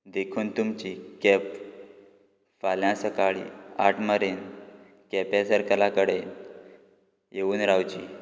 देखून तुमची कॅब फाल्यां सकाळीं आठ मेरेन केपें सर्कला कडेन येवून रावची